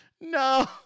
No